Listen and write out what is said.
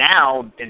now